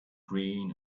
green